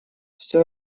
все